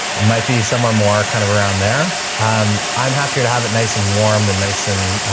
it might be somewhere more kind of around there. um i'm happy to have it nice and warm and nice and